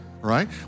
right